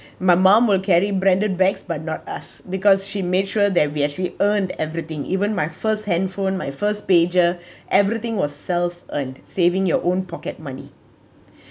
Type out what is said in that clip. my mom will carry branded bags but not us because she made sure that we actually earned everything even my first handphone my first pager everything was self-earned saving your own pocket money